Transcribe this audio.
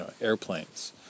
airplanes